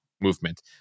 movement